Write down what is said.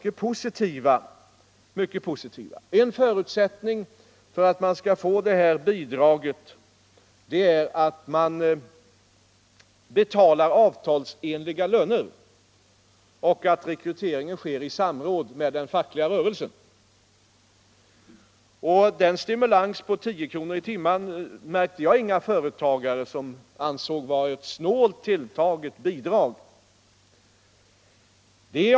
En förutsättning för att man skall få dessa bidrag är att man betalar avtalsenliga löner och att rekryteringen sker i samråd med den fackliga rörelsen. Vi har haft en överläggning med företrädare för företagsamheten här i landet, och reaktionerna var mycket positiva. Jag märkte ingen företagare som tyckte att bidraget på 10 kr. i timmen var snålt tilltaget.